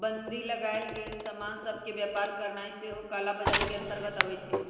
बन्दी लगाएल गेल समान सभ के व्यापार करनाइ सेहो कला बजारी के अंतर्गत आबइ छै